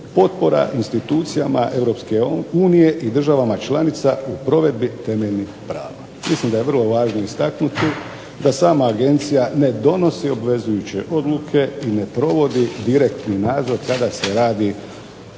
potpora institucijama Europske unije i državama članica u provedbi temeljnih prava. Mislim da je vrlo važno istaknuti da sama agencija ne donosi obvezujuće odluke i ne provodi direktni nadzor kada se radi